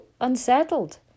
unsettled